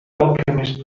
alchemist